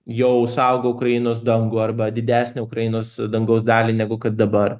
jau saugo ukrainos dangų arba didesnę ukrainos dangaus dalį negu kad dabar